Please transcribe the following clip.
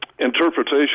Interpretation